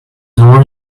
door